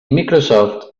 microsoft